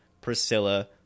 Priscilla